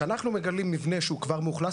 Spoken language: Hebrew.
כשאנחנו מגלים מבנה שהוא כבר מאוכלס,